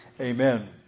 Amen